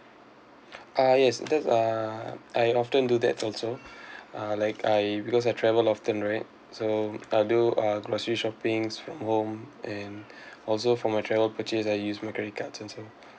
ah yes that's uh I often do that also uh like I because I travel often right so I'll do uh grocery shoppings from home and also from my travel purchase I use my credit cards also